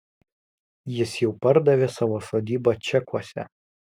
jis jau pardavė savo sodybą čekuose